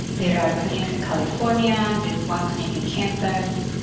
there are clinics in california. there is one clinic in kansas.